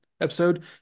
episode